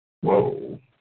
Whoa